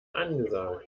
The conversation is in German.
angesagt